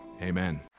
Amen